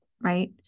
right